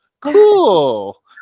Cool